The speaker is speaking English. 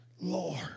Lord